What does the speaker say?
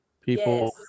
People